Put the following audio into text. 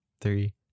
Three